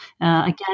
Again